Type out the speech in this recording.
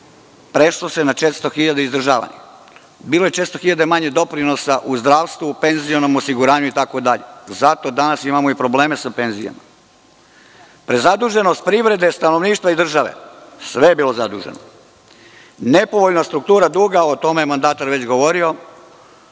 prešlo se na 400 hiljada izdržavanih. Bilo je 400 hiljada manje doprinosa u zdravstvu, penzionom osiguranju itd. Zato danas imamo problema sa penzijama. Prezaduženost privrede, stanovništva i države, sve je bilo zaduženo. Nepovoljna struktura duga, o tome je mandatar već govorio,